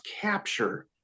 capture